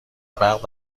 برق